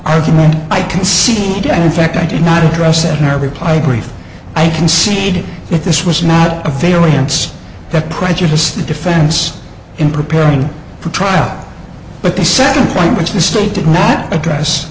argument i can see again in fact i did not address that in our reply brief i conceded that this was a fairly hands that prejudiced the defense in preparing for trial but the second point which mistake did not address